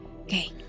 Okay